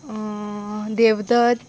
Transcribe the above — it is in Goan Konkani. देवदत